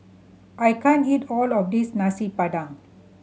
I can't eat all of this Nasi Padang